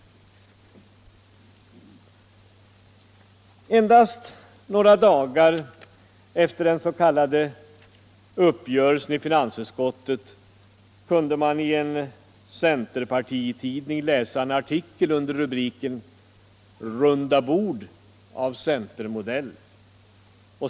Endast några dagar efter den s.k. uppgörelsen i finansutskottet kunde man i en centerpartitidning läsa en artikel under rubriken ”Rundabord av centermodell”.